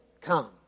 come